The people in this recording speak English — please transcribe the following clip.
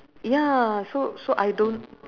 ya so so I don't